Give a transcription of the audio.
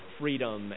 freedom